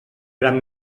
gran